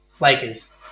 Lakers